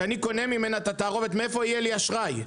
כשאני קונה ממנה את התערובת מאיפה יהיה לי אשראי?